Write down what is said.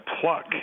pluck